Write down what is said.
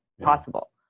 possible